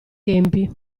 tempi